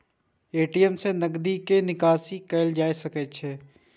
ATM सं नकदी के निकासी कैल जा सकै छै